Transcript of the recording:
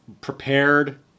prepared